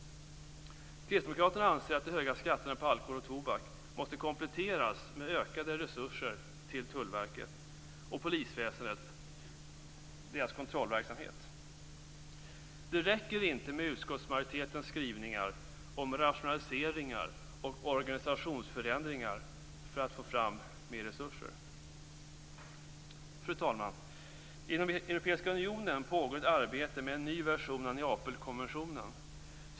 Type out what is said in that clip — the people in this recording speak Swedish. Kristdemokraterna anser att de höga skatterna på alkohol och tobak måste kompletteras med ökade resurser till Tullverkets och polisväsendets kontrollverksamhet. Det räcker inte med utskottsmajoritetens skrivningar om rationaliseringar och organisationsförändringar för att få fram mer resurser. Fru talman! Inom Europeiska unionen pågår ett arbete med en ny version av Neapelkonventionen.